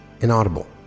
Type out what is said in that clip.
inaudible